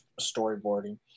storyboarding